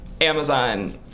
Amazon